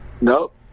Nope